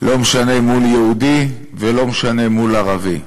לא משנה מול יהודי, ולא משנה מול ערבי.